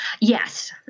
Yes